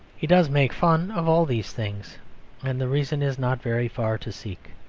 he does make fun of all these things and the reason is not very far to seek.